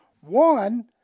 One